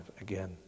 again